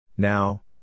Now